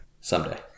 someday